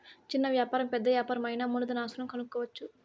చిన్న వ్యాపారం పెద్ద యాపారం అయినా మూలధన ఆస్తులను కనుక్కోవచ్చు